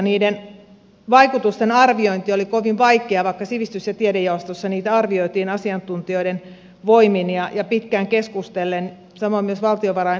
niiden vaikutusten arviointi oli kovin vaikeaa vaikka sivistys ja tiedejaostossa niitä arvioitiin asiantuntijoiden voimin ja pitkään keskustellen samoin myös valtiovarainvaliokunnassa